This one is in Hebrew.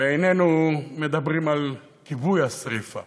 ואיננו מדברים על כיבוי השרפה.